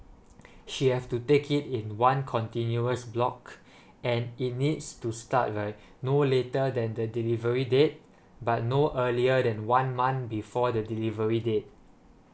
she have to take it in one continuous block and it needs to start like no later than the delivery date but no earlier than one month before the delivery date